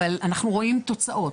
אבל אנחנו רואים תוצאות.